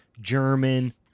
German